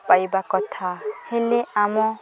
ପାଇବା କଥା ହେଲେ ଆମ